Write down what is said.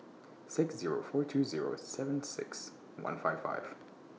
six Zero four two Zero seven six one five five